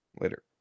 Later